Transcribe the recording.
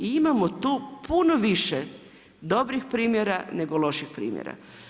I imamo tu puno više dobrih primjera nego loših primjera.